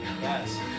Yes